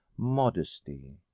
modesty